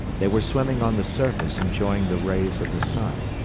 they were swimming on the surface enjoying the rays of the sun.